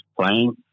playing